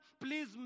please